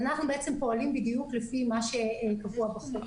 אנחנו בעצם פועלים בדיוק לפי מה שקבוע בחוק.